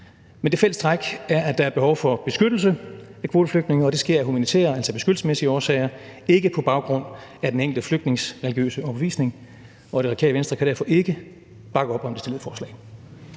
Men det fælles træk er, at der er behov for beskyttelse af kvoteflygtninge, og det sker af humanitære, altså beskyttelsesmæssige, årsager, ikke på baggrund af den enkelte flygtnings religiøse overbevisning. Det Radikale Venstre kan derfor ikke bakke op om det fremsatte forslag.